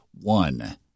One